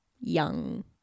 young